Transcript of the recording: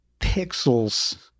pixels